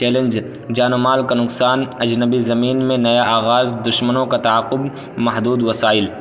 challenge جان و مال کا نقصان اجنبی زمین میں نیا آغاز دشمنوں کا تعاقب محدود وسائل